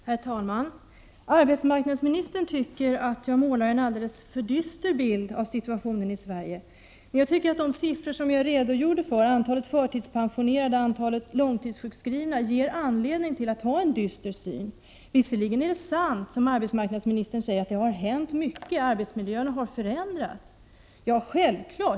Herr talman! Arbetsmarknadsministern tycker att jag målar en alldeles för dyster bild av situationen i Sverige. Men jag anser att de siffror som jag redogjorde för när det gäller antalet förtidspensionerade och antalet långtidssjukskrivna ger mig anledning att ha en dyster syn på läget. Det är visserligen sant som arbetsmarknadsministern säger att det har hänt mycket och att arbetsmiljöerna har förändrats.